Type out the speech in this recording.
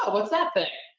what's that thing?